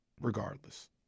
regardless